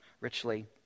richly